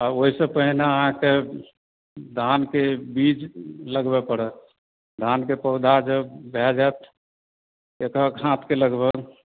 आ ओहिसॅं पहिने अहाँके धानके बीज लगबै परत धानके पौधा जब भए जायत एक एक हाथके लगभग